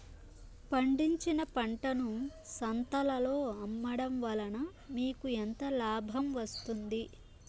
పండించిన పంటను సంతలలో అమ్మడం వలన మీకు ఎంత లాభం వస్తుంది?